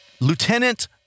Lieutenant